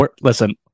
listen